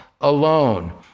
alone